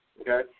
Okay